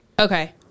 Okay